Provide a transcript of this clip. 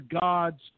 God's